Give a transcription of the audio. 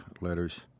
Letters